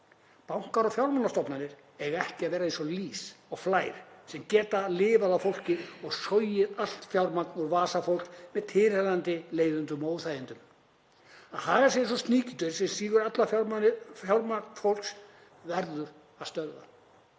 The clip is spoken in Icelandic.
Bankar og fjármálastofnanir eiga ekki að vera eins og lýs og flær sem geta lifað á fólki og sogið allt fjármagn úr vasa fólks með tilheyrandi leiðindum og óþægindum, haga sér eins og sníkjudýr sem sýgur til sín allt fjármagn fólks. Það verður að stöðva.